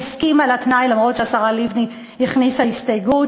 והסכימה לתנאי אף-על-פי שהשרה לבני הכניסה הסתייגות,